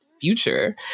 future